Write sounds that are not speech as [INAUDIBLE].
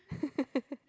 [LAUGHS]